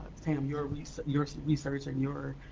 tam, your research your research and your